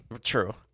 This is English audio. True